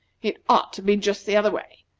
it ought to be just the other way.